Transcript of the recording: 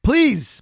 Please